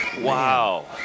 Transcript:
Wow